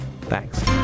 Thanks